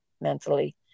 mentally